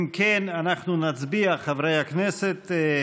אם כן, אנחנו נצביע, חברי הכנסת,